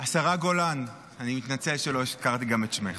השרה גולן, אני מתנצל שלא הזכרתי גם את שמך,